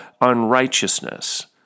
unrighteousness